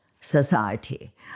society